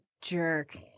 jerk